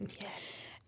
Yes